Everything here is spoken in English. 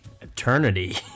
eternity